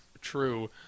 True